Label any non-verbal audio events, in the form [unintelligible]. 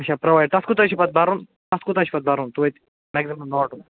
اَچھا پرٛووایِڈ تتھ کوٗتاہ حظ چھُ پتہٕ بَرُن تتھ کوٗتاہ چھُ بَرُن توتہِ لگہِ [unintelligible]